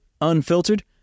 unfiltered